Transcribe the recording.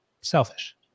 selfish